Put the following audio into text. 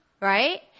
Right